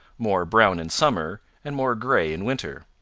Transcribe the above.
more brown in summer and more gray in winter.